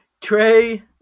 Trey